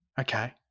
Okay